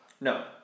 No